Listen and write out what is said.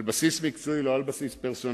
על בסיס מקצועי, לא על בסיס פרסונלי.